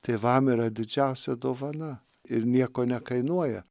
tėvam yra didžiausia dovana ir nieko nekainuoja